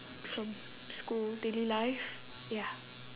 from school daily life ya